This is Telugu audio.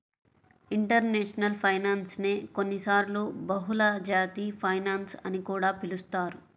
ఇంటర్నేషనల్ ఫైనాన్స్ నే కొన్నిసార్లు బహుళజాతి ఫైనాన్స్ అని కూడా పిలుస్తారు